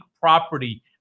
property